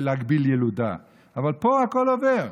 להגביל ילודה, אבל פה הכול עובר.